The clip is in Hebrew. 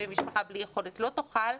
ומשפחה בלי יכולת לא תוכל.